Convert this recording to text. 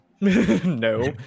no